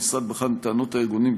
המשרד בחן את טענות הארגונים,